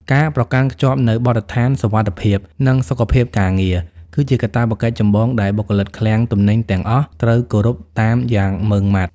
ការប្រកាន់ខ្ជាប់នូវបទដ្ឋានសុវត្ថិភាព និងសុខភាពការងារ គឺជាកាតព្វកិច្ចចម្បងដែលបុគ្គលិកឃ្លាំងទំនិញទាំងអស់ត្រូវគោរពតាមយ៉ាងម៉ឺងម៉ាត់។